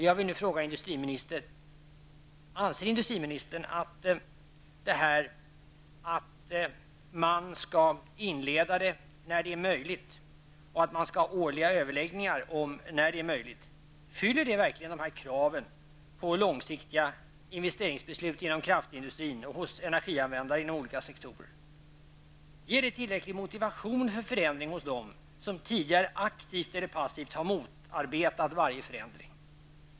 Jag vill nu fråga industriministern: Anser industriministern att man skall inleda avvecklingen när det är möjligt och att man skall ha årliga överläggningar när det är möjligt? Fyller detta kraven på långsiktiga investeringsbeslut inom kraftindustrin och hos energianvändare i olika sektorer? Ger det tillräcklig motivation för förändring hos dem som tidigare aktivt eller passivt har motarbetat varje förändring?